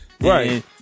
Right